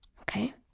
Okay